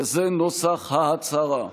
וזה נוסח ההצהרה: